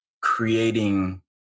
creating